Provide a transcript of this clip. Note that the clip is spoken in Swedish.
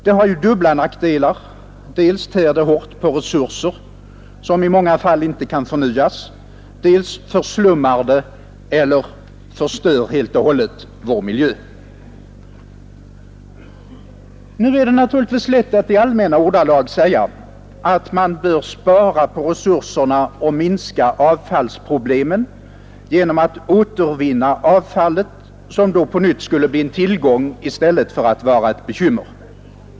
Det har dubbla nackdelar: dels tär det hårt på resurser som i många fall inte kan förnyas, dels förslummar det eller förstör helt och hållet vår miljö. nisk utveckling nisk utveckling Det är naturligtvis lätt att i allmänna ordalag säga att man bör spara på resurserna och minska avfallsproblemen genom att återvinna avfallet, som då på nytt skulle bli en tillgång i stället för att vara ett bekymmer.